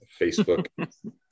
Facebook